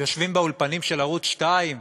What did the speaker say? יושבים באולפנים של ערוץ 2,